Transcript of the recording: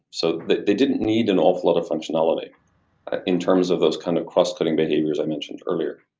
so they they didn't need an awful lot of functionality in terms of those kind of cross-cutting behaviors i mentioned earlier